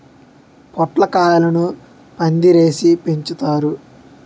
పొట్లకాయలను పందిరేసి పెంచుతారు